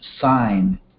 sign